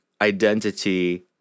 identity